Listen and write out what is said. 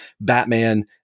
Batman